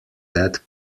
that